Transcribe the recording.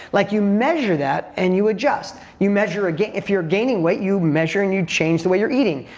like, you measure that and you adjust. you measure again. if you're gaining weight, you measure and you change the way you're eating.